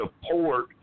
support